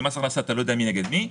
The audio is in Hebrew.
במס הכנסה אתה לא יודע מי נגד מי,